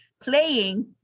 playing